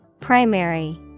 Primary